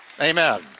Amen